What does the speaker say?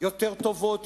יותר טובות,